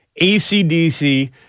ACDC